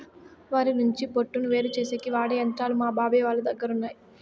వరి నుంచి పొట్టును వేరుచేసేకి వాడె యంత్రాలు మా బాబాయ్ వాళ్ళ దగ్గర ఉన్నయ్యి